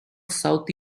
south